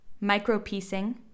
Micro-piecing